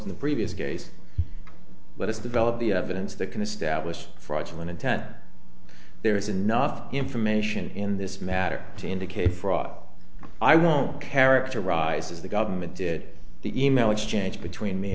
opposed the previous case let us develop the evidence that can establish fraudulent intent there is enough information in this matter to indicate fraud i won't characterize as the government did the e mail exchange between me